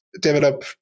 develop